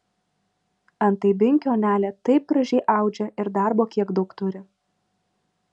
antai binkių onelė taip gražiai audžia ir darbo kiek daug turi